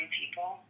people